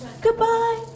Goodbye